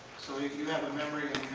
so if you have a memory